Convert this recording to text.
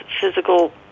physical